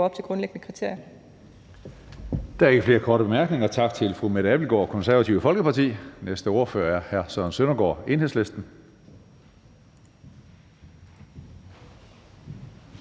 opfylder grundlæggende kriterier.